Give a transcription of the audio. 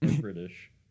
British